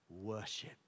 worship